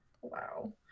Wow